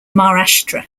maharashtra